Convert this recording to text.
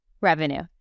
Revenue